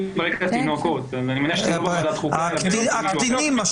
זה יכול להיות פתאום אצל קטינים,